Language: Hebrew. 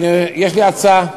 יש לי הצעה: